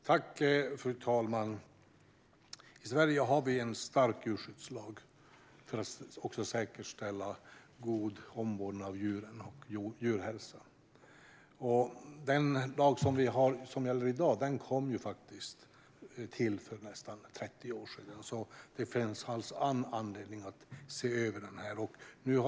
Fru talman! I Sverige har vi en stark djurskyddslag för att också säkerställa god omvårdnad av djur och god djurhälsa. Gällande lag kom till för nästan 30 år sedan, så det fanns all anledning att se över den.